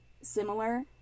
similar